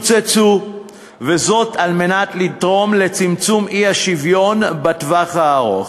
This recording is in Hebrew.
וזאת על מנת לתרום לצמצום האי-שוויון בטווח הארוך.